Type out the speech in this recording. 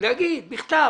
אני מבקש לומר בכתב